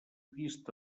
vist